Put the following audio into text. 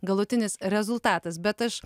galutinis rezultatas bet aš